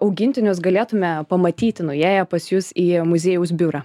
augintinius galėtume pamatyti nuėję pas jus į muziejaus biurą